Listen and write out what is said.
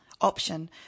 option